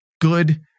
good